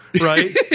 Right